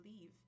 leave